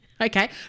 okay